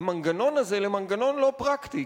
המנגנון הזה למנגנון לא פרקטי,